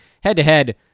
head-to-head